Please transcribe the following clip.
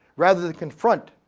rather than confront,